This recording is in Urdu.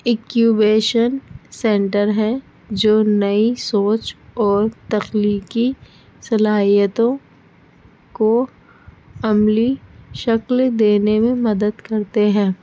اکیوبیشن سینٹر ہے جو نئی سوچ اور تخلییقی صلاحیتوں کو عملی شکل دینے میں مدد کرتے ہیں